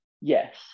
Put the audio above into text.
Yes